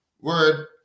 word